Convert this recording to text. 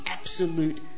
absolute